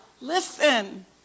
Listen